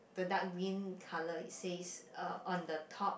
the dark green colour it says uh on the top